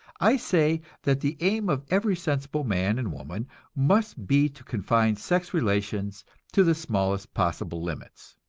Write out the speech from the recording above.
i say that the aim of every sensible man and woman must be to confine sex relations to the smallest possible limits.